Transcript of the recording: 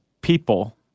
people